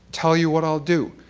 tell you what i'll do.